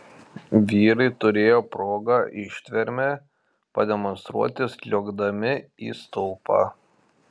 vyrai turėjo progą ištvermę pademonstruoti sliuogdami į stulpą